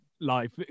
life